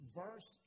verse